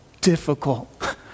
difficult